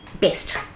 best